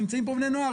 נמצאים פה בני נוער,